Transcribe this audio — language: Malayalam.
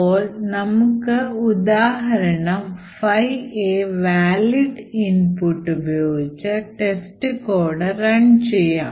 ഇപ്പോൾ നമുക്ക് ഉദാഹരണം 5A വാലിഡ് ഇൻപുട്ട് ഉപയോഗിച്ച് testcode റൺ ചെയ്യാം